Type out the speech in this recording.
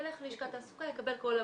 ילך ללשכת תעסוקה, יקבל כל עבודה.